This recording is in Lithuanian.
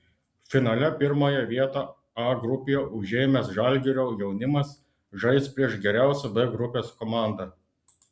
finale pirmąją vietą a grupėje užėmęs žalgirio jaunimas žais prieš geriausią b grupės komandą